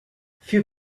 few